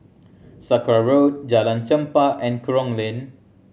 Sakra Road Jalan Chempah and Kerong Lane